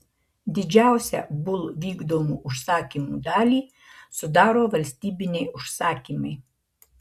didžiausią bull vykdomų užsakymų dalį sudaro valstybiniai užsakymai